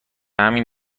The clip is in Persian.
همین